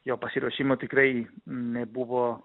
jo pasiruošimo tikrai nebuvo